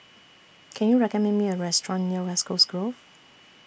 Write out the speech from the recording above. Can YOU recommend Me A Restaurant near West Coast Grove